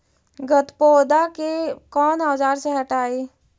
गत्पोदा के कौन औजार से हटायी?